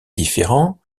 différends